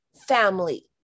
family